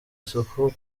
isuku